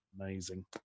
amazing